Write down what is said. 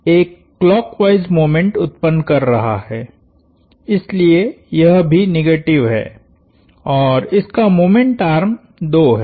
भी एक clockwise moment उत्पन्न कर रहा है इसलिए यह भी निगेटिव है और इसका मोमेंट आर्म 2 है